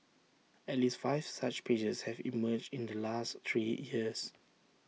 at least five such pages have emerged in the last three years